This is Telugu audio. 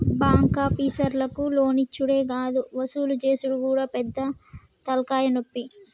బాంకాపీసర్లకు లోన్లిచ్చుడే గాదు వసూలు జేసుడు గూడా పెద్ద తల్కాయనొప్పి